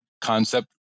concept